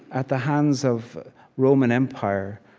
at the hands of roman empire,